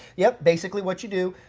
yep, basically what you do,